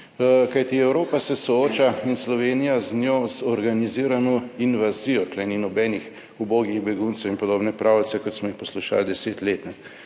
Kajti, Evropa se sooča, in Slovenija z njo, z organizirano invazijo, tu ni nobenih ubogih beguncev in podobne pravljice, kot smo jih poslušali 10 let.